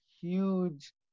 huge